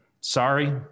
Sorry